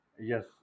yes